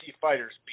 fighters